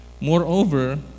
Moreover